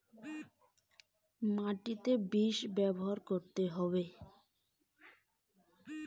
বরবটির পোকা মারার উপায় কি?